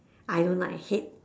I don't like I hate